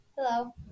hello